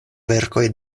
verkoj